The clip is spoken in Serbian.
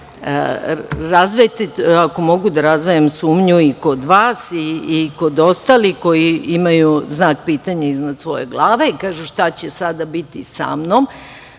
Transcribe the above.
bojazan, ako mogu da razdvojim sumnju i kod vas i kod ostalih koji imaju znak pitanja iznad svoje glave i kažu – šta će sada biti sa mnom,